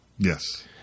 Yes